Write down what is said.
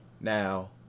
Now